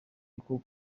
y’uko